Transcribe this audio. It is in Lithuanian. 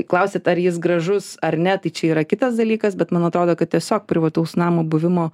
klausiat ar jis gražus ar ne tai čia yra kitas dalykas bet man atrodo kad tiesiog privataus namo buvimo